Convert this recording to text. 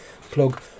plug